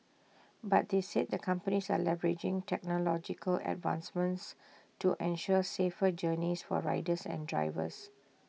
but they said the companies are leveraging technological advancements to ensure safer journeys for riders and drivers